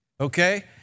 okay